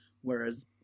whereas